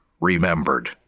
remembered